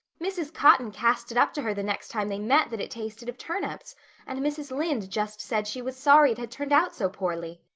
mrs. cotton cast it up to her the next time they met that it tasted of turnips and mrs. lynde just said she was sorry it had turned out so poorly.